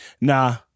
Nah